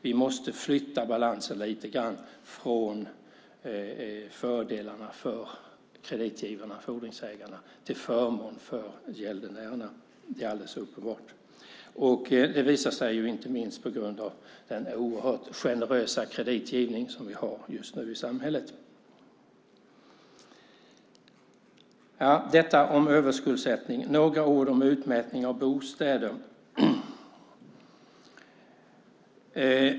Vi måste flytta balansen till grann från fördelarna för kreditgivarna, fordringsägarna, till förmån för gäldenärerna. Det är alldeles uppenbart. Det visar sig inte minst på grund av den oerhört generösa kreditgivning som vi just nu har i samhället. Detta om överskuldsättning, så några ord om utmätning av bostäder.